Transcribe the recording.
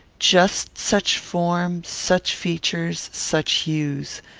just such form, such features, such hues.